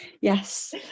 Yes